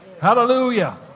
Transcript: Hallelujah